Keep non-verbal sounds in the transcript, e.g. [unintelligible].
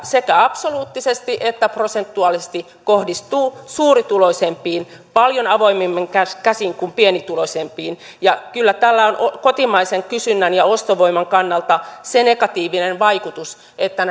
sekä absoluuttisesti että prosentuaalisesti kohdistuu suurituloisempiin paljon avoimemmin käsin käsin kuin pienituloisempiin ja kyllä tällä on kotimaisen kysynnän ja ostovoiman kannalta se negatiivinen vaikutus että [unintelligible]